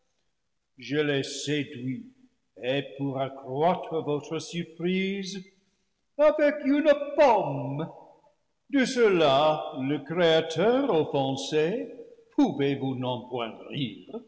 je l'ai séduit et pour accroître votre surprise avec une pomme de cela le créateur offensé